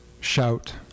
shout